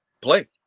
Play